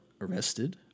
arrested